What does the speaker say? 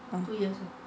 uh